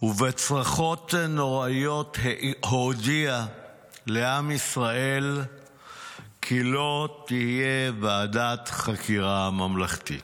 ובצרחות נוראיות הודיעה לעם ישראל כי לא תהיה ועדת חקירה ממלכתית.